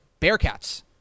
Bearcats